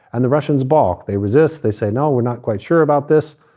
and the russians balk. they resist. they say, no, we're not quite sure about this.